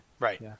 Right